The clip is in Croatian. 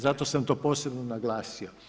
Zato sam to posebno naglasio.